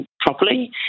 properly